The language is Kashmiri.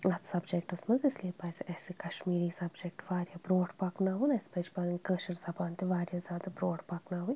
اتھ سبجیٚکٹس منٛز اس لیے پزِ اسہِ کشمیٖری سبجیٚکٹہٕ واریاہ برٛونٛٹھ پَکناوُن اسہِ پزِ پنٕنۍ کٲشِر زبان تہِ واریاہ زیادٕ برٛونٛٹھ پکناوٕنۍ